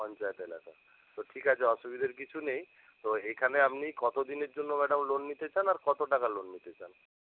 পঞ্চায়েত এলাকা তো ঠিক আছে অসুবিধার কিছু নেই তো এখানে আপনি কতদিনের জন্য ম্যাডাম লোন নিতে চান আর কত টাকা লোন নিতে চান